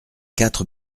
quatre